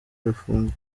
arafungwa